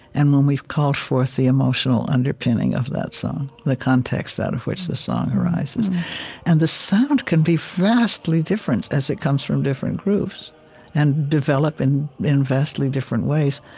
and when we've called forth the emotional underpinning of that song, the context out of which the song arises and the sound can be vastly different as it comes from different groups and develop in in vastly different ways.